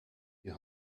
wir